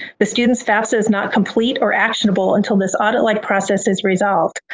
the student's fafsa is not complete or actionable until this audit-like process is resolved,